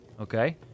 okay